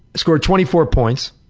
scored twenty four points,